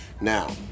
Now